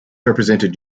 represented